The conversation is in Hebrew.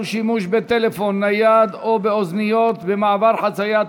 שימוש בטלפון נייד או באוזניות במעבר חציה),